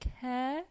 Care